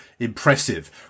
impressive